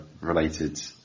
related